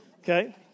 okay